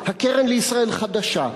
הקרן לישראל חדשה,